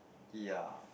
ya